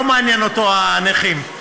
לא מעניין אותו הנכים,